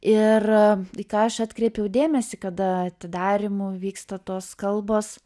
ir į ką aš atkreipiau dėmesį kada atidarymo vyksta tos kalbos